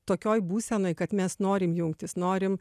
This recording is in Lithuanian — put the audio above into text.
tokioj būsenoj kad mes norim jungtis norim